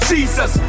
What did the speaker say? Jesus